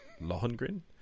Lohengrin